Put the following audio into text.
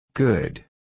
Good